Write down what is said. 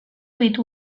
ditu